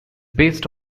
based